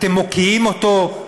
אתם מוקיעים אותו,